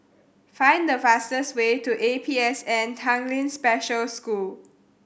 find the fastest way to A P S N Tanglin Special School